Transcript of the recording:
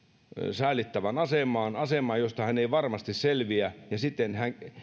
säälittävään asemaan asemaan josta hän ei varmasti selviä ja sittenhän